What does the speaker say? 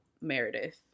Meredith